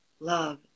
Love